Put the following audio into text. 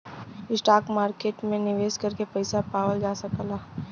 stock market में निवेश करके पइसा पावल जा सकला